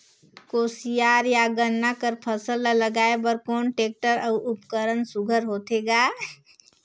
कोशियार या गन्ना कर फसल ल लगाय बर कोन टेक्टर अउ उपकरण सुघ्घर होथे ग?